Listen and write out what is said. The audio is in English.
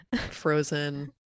frozen